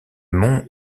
mont